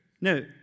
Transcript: No